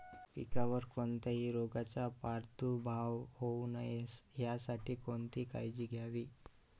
पिकावर कोणत्याही रोगाचा प्रादुर्भाव होऊ नये यासाठी कोणती काळजी घ्यावी?